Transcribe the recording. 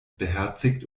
beherzigt